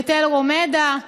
בתל רומיידה,